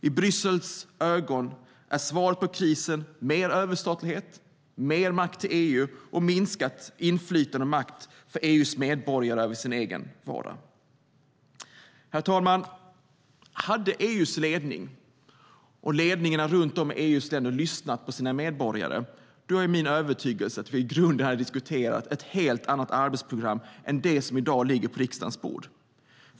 I Bryssels ögon är svaret på krisen mer överstatlighet, mer makt till EU och minskad makt och inflytande över sin egen vardag för EU:s medborgare. Herr talman! Hade EU:s ledning och ledningarna runt om i EU:s länder lyssnat på EU:s invånare är det min övertygelse att vi hade diskuterat ett helt annat arbetsprogram än det som i dag ligger på riksdagens bord.